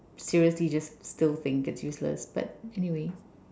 seriously just still think its useless but anyway